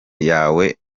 yawe